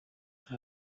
nta